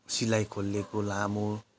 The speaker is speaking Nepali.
सिलाई खोलिएको लामो